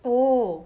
oh